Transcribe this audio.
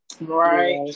Right